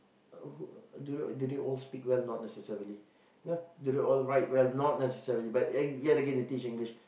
uh do they all speak well not necessarily ya do they all write well not necessarily but uh ya they get to teach English